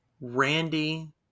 Randy